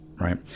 right